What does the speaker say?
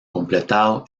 completado